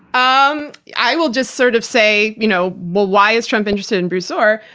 um i will just sort of say, you know well, why is trump interested in bruce ohr?